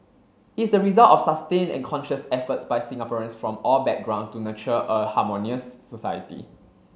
it's the result of sustained and conscious efforts by Singaporeans from all backgrounds to nurture a harmonious society